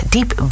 Deep